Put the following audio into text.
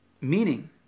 meaning